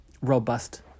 robust